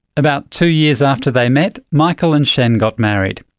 about two years after they met, michael and shen got married.